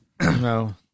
no